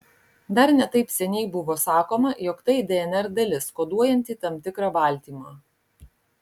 dar ne taip seniai buvo sakoma jog tai dnr dalis koduojanti tam tikrą baltymą